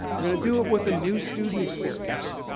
we're going to do it with a new student experience,